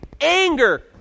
Anger